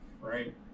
right